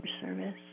service